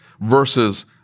Versus